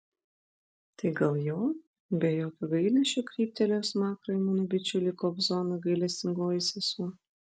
tai gal jo be jokio gailesčio kryptelėjo smakrą į mano bičiulį kobzoną gailestingoji sesuo